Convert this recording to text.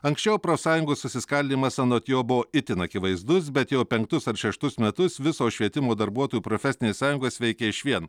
anksčiau profsąjungos susiskaldymas anot jo buvo itin akivaizdus bet jau penktus ar šeštus metus visos švietimo darbuotojų profesinės sąjungos veikė išvien